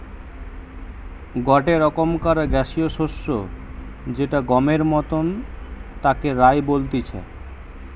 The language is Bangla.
গটে রকমকার গ্যাসীয় শস্য যেটা গমের মতন তাকে রায় বলতিছে